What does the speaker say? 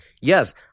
yes